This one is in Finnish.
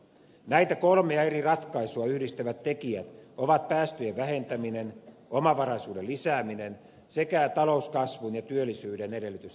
näitä kolmea eri ratkaisua yhdistävät tekijät ovat päästöjen vähentäminen omavaraisuuden lisääminen sekä talouskasvun ja työllisyyden edellytysten vahvistaminen